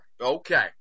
Okay